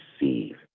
receive